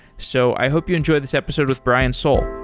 so i hope you enjoy this episode with brian soule